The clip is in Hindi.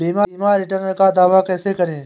बीमा रिटर्न का दावा कैसे करें?